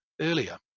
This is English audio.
earlier